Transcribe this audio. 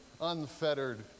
unfettered